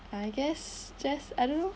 I guess just I don't know